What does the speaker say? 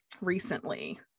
recently